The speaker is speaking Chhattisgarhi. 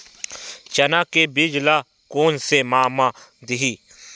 चना के बीज ल कोन से माह म दीही?